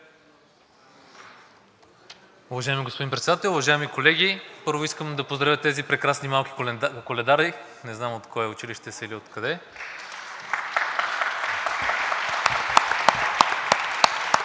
Уважаеми господин Председател, уважаеми колеги! Първо искам да поздравя тези прекрасни малки коледари – не знам от кое училище са и откъде.